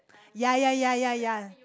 ya ya ya ya ya